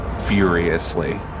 furiously